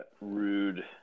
rude